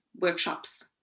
workshops